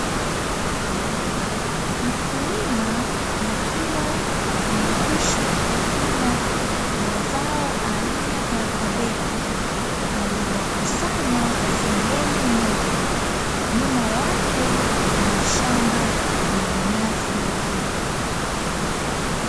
Mkulima akiwa amekwisha kuvuna mazao aina ya kabichi aliyoyakusanya sehemu moja nyuma yake kuna shamba lenye nyasi fupi.